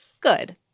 good